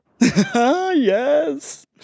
Yes